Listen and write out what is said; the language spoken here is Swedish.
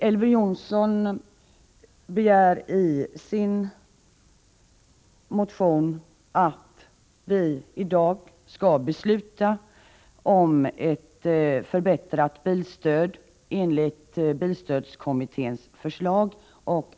Elver Jonsson begär i sin motion att vi i dag skall besluta om ett förbättrat bilstöd enligt bilstödskommitténs förslag.